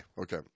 okay